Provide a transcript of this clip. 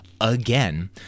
again